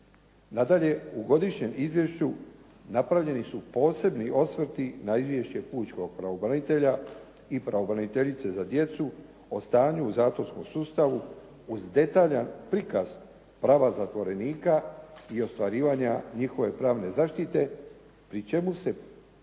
Nadalje, u godišnjem izvješću napravljeni su posebni osvrti na izvješće pučkog pravobranitelja i pravobraniteljice za djecu o stanju u zatvorskom sustavu uz detaljan prikaz prava zatvorenika i ostvarivanja njihove prane zaštite pri čemu su posebno